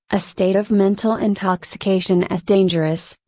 a state of mental intoxication as dangerous,